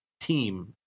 team